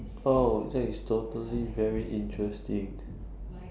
oh that is totally very interesting